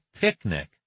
picnic